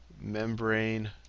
Membrane